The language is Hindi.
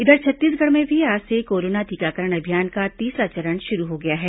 इधर छत्तीसगढ़ में भी आज से कोरोना टीकाकरण अभियान का तीसरा चरण शुरू हो गया है